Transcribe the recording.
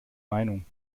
meinung